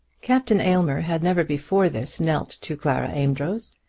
captain aylmer had never before this knelt to clara amedroz.